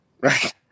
right